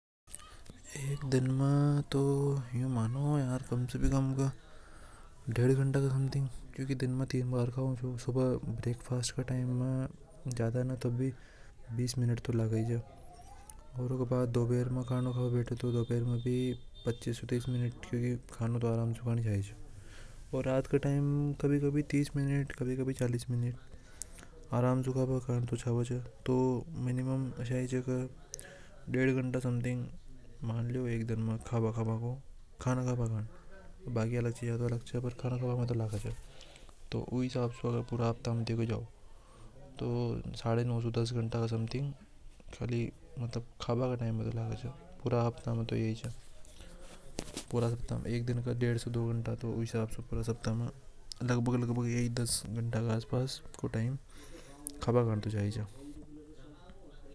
कंगारू की पचे दो टांग। भूत मजबूत रेवे च जिसे वे भूत लंबी छलांग लगा सके च व की छलांग पच्चीस सु ली तीस फिट तक ही चल सके च ओर वो चालीस मिल प्रति घंटा की रफ्तार से चल सके च कंगारू की पूंछ। बहुत ज़्याद मजबूत रेवे च मादा कंगारू के पास एक थैली होवे जीमे वे वाका बच्चा ने रखने च जब पेड़ होवे छ तो बहुत छोटो होवे छ। वो उ पाउच के अंदर ही बड़ो होवे चू शाकाहारी रेवे च उ घास पत्ती एशिया की चीजा खावे कंगारू ए पानी की जरूरत बहुत कम पड़े छ ये बहुत कम पानी पावे च ओर सूखा में लम्बा समय तक। जिंदा रे सके छ कंगारू का कान बहुत तेज होवे छ उई दूर से खतरा ए सुन सके च।